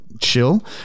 chill